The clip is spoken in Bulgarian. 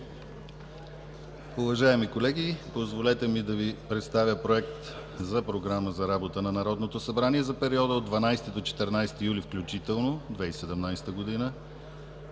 Уважаеми колеги, позволете ми да Ви представя Проект за програма за работа на Народното събрание за периода от 12 до 14 юли 2017 г.